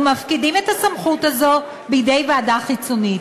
ומפקידים את הסמכות בידי ועדה חיצונית.